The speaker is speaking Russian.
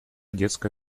детская